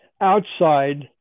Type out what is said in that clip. outside